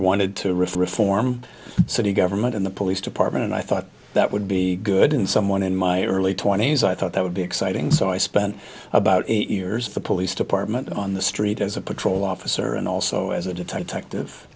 wanted to reform city government in the police department and i thought that would be good in someone in my early twenties i thought that would be exciting so i spent about eight years of the police department on the street as a patrol officer and also as a detective